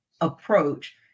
approach